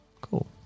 Cool